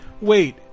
wait